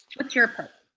what's your approach?